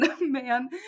man